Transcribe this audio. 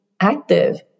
active